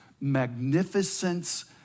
magnificence